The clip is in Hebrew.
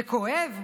/ זה כואב?